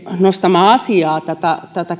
nostamaa asiaa tätä tätä